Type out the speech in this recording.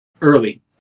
early